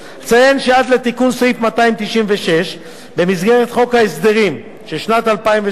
אציין שעד לתיקון סעיף 296 במסגרת חוק ההסדרים של שנת 2003,